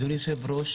אדוני יושב-הראש,